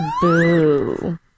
Boo